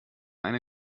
eine